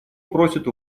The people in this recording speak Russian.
просит